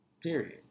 Period